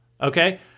Okay